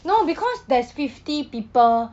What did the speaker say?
no because there's fifty people